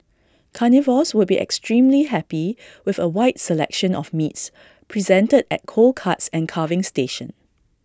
carnivores would be extremely happy with A wide selection of meats presented at cold cuts and carving station